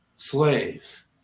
Slaves